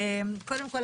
קודם כל,